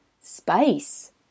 space